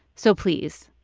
so please,